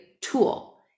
tool